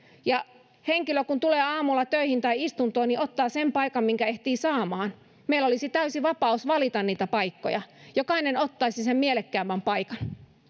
ja kun henkilö tulee aamulla töihin tai istuntoon hän ottaa sen paikan minkä ehtii saamaan meillä olisi täysi vapaus valita niitä paikkoja jokainen ottaisi sen mielekkäimmän paikan